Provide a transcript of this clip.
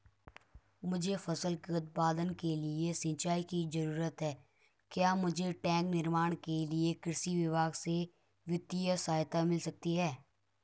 मुझे फसल के उत्पादन के लिए सिंचाई की जरूरत है क्या मुझे टैंक निर्माण के लिए कृषि विभाग से वित्तीय सहायता मिल सकती है?